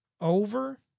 over